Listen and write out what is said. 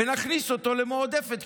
ונכניס אותו למועדפת,